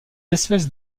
espèces